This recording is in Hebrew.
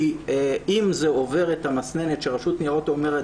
כי אם זה עובר את המסננת שרשות ניירות אומרת,